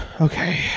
okay